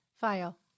File